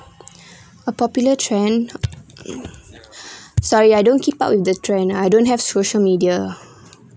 a popular trend sorry I don't keep up with the trend I don't have social media